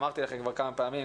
אמרתי לכם כבר כמה פעמים,